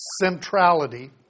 centrality